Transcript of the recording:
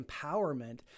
empowerment